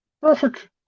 Perfect